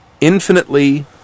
infinitely